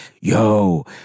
yo